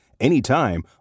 anytime